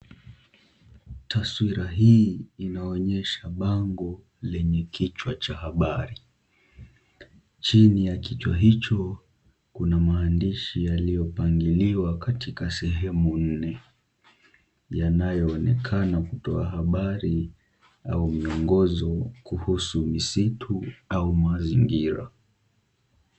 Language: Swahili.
Taswira hii inaonyesha bango lenye kichwa cha habari. Chini ya kichwa hicho kuna maandishi yaliyopangiliwa katika sehemu nne yanayoonekana kutoa habari au miongozo kuhusu misitu au mazingira.